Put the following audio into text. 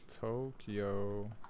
Tokyo